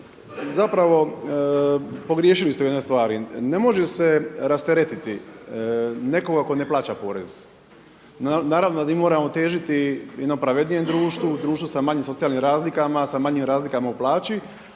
Zapravo pogriješili ste u jednoj stvari. Ne može se rasteretiti nekoga tko ne plaća porez. Naravno mi moramo težiti jednom pravednijem društvu, društvu sa manjim socijalnim razlikama, sa manjim razlikama u plaći.